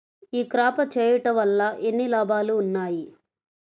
ఈ క్రాప చేయుట వల్ల ఎన్ని లాభాలు ఉన్నాయి?